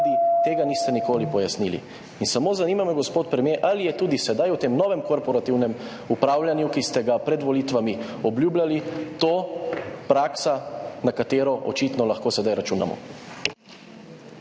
tega niste nikoli pojasnili in samo zanima me, gospod premier: Ali je tudi sedaj v tem novem korporativnem upravljanju, ki ste ga pred volitvami obljubljali, to praksa, na katero lahko očitno sedaj računamo?